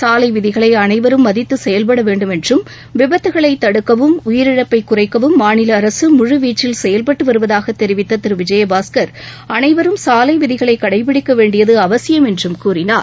சாலை விதிகளை அனைவரும் மதித்து செயல்பட வேண்டும் என்றும் விபத்துக்களை தடுக்கவும் உயிரிழப்பை குறைக்கவும் மாநில அரசு முழு வீச்சில் செயல்பட்டு வருவதாக தெரிவித்த திரு விஜயபாஸ்கர் அனைவரும் சாலை விதிகளை கடைப்பிடிக்க வேண்டியது அவசியம் என்றும் கூறினார்